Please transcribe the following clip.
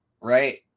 right